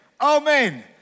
amen